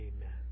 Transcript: Amen